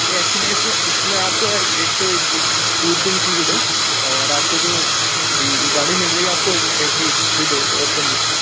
نہیں اکچلولی اس میں اس میں آپ کا ایک تو فوڈ بھی انکلوڈ ہے اور آپ کا جو جی جو گاڑی مل رہی ہے آپ کو A C with air condition